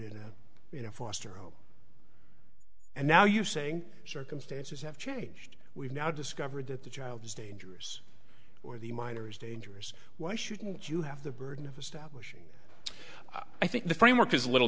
is in a foster home and now you're saying circumstances have changed we've now discovered that the child is dangerous or the minor is dangerous why shouldn't you have the burden of establishing i think the framework is a little